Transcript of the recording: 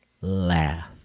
laugh